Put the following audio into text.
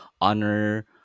honor